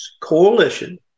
coalition